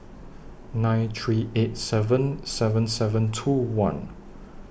nine three eight seven seven seven two one